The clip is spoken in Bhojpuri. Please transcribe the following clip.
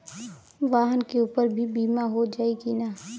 वाहन के ऊपर भी बीमा हो जाई की ना?